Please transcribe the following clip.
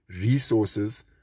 resources